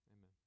amen